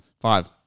Five